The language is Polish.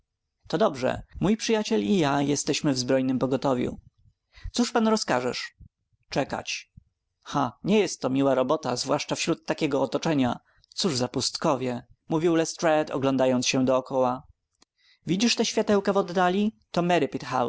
to dobrze mój przyjaciel i ja jesteśmy w zbrojnem pogotowiu cóż pan rozkażesz czekać ha nie jest to miła robota zwłaszcza wśród takiego otoczenia cóż za pustkowie mówił lestrade oglądając się dokoła widzisz te światełka w oddali to